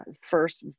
first